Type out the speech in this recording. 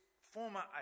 former